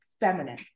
feminine